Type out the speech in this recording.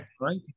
right